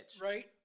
Right